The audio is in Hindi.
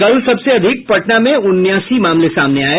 कल सबसे अधिक पटना में उनासी मामले सामने आये